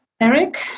Eric